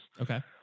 Okay